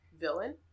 villain